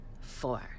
four